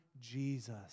Jesus